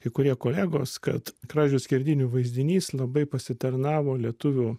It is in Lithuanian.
kai kurie kolegos kad kražių skerdynių vaizdinys labai pasitarnavo lietuvių